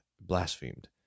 blasphemed